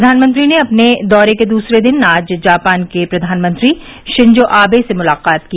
प्रधानमंत्री ने अपने दौरे के दूसरे दिन आज जापान के प्रधानमंत्री शिंजो आवे से मुलाकात की